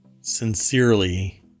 sincerely